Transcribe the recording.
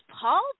Paul